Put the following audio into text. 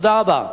תודה רבה.